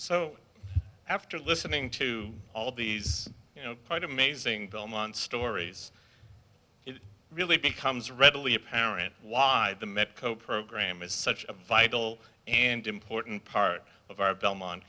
so after listening to all these you know kind of amazing belmont stories it really becomes readily apparent why the medco program is such a vital and important part of our belmont